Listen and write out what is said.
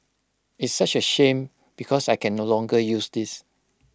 it's such A shame because I can no longer use this